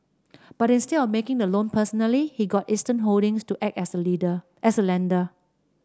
but instead of of making the loan personally he got Eastern Holdings to act as the leader as the lender